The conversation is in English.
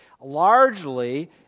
largely